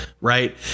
right